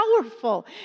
powerful